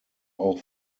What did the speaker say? auch